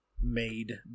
Made